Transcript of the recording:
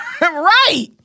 Right